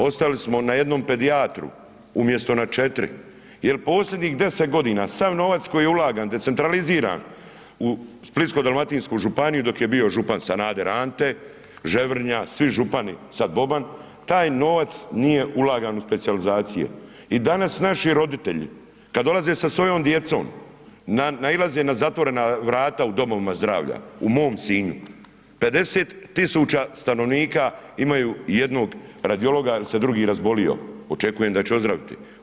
Ostali smo na 1 pedijatru, umjesto na 4, jer posljednjih 10 g. sav novac koji je ulagan, decentraliziran u Splitsko dalmatinsku županiju, dok je bio župan Sanader Ante, Ževrnja, svi župani, sada Boban, taj novac nije ulagan u specijalizacije i danas naši roditelji, kada dolaze sa svojom djecom, nailaze na zatvorena vrata u domovima zdravlja, u mom Sinju, 50 tisuća stanovnika imaju jednog radiologa jer se drugi razbolio, očekujem da će ozdraviti.